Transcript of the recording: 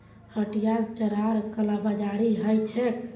हटियात चारार कालाबाजारी ह छेक